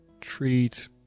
treat